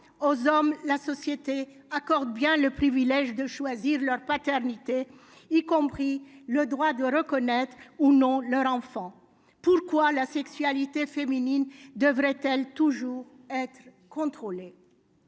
aux hommes la société accorde bien le privilège de choisir leur paternité, y compris le droit de reconnaître ou non leur enfant pourquoi la sexualité féminine devrait-elle toujours être contrôlés.